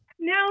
no